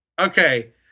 Okay